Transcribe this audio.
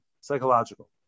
psychological